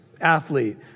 athlete